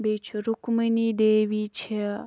بیٚیہِ چھُ رُکمَنی دیوی چھےٚ